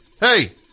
hey